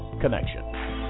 connection